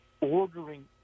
ordering